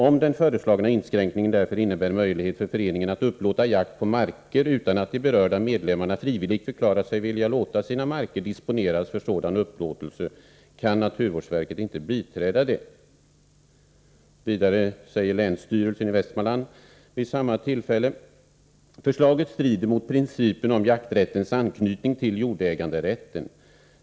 Om den föreslagna inskränkningen därför innebär möjlighet för föreningen att upplåta jakt på marker utan att de berörda medlemmarna frivilligt förklarat sig villiga låta sina marker disponeras för sådana upplåtelser, kan naturvårdsverket inte biträda det.” Vidare säger länsstyrelsen i Västmanland följande vid samma tillfälle: ”Förslaget strider mot principen om jakträttens anknytning till jordäganderätten.